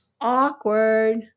Awkward